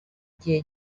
gihe